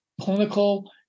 clinical